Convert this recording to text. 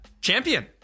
Champion